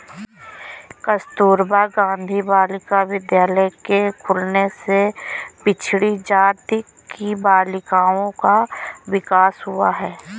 कस्तूरबा गाँधी बालिका विद्यालय के खुलने से पिछड़ी जाति की बालिकाओं का विकास हुआ है